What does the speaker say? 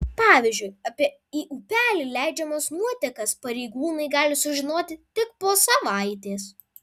pavyzdžiui apie į upelį leidžiamas nuotekas pareigūnai gali sužinoti tik po savaitės